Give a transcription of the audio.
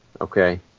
okay